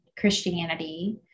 Christianity